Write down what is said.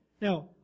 Now